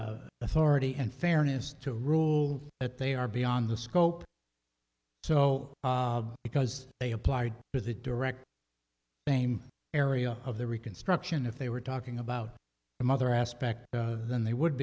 authority and fairness to rule that they are beyond the scope so because they apply to the direct blame area of the reconstruction if they were talking about the mother aspect than they would